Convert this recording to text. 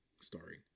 starring